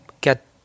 get